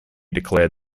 declared